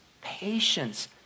patience